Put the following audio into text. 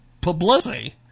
publicity